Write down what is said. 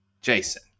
Jason